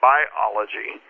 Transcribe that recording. Biology